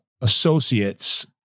associates